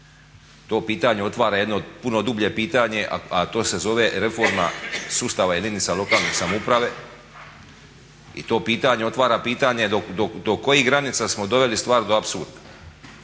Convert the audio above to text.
To pitanje otvara jedno puno dublje pitanje, a to se zove reforma sustava jedinica lokalne samouprave i to pitanje otvara pitanje do kojih granica smo doveli stvar do apsurda.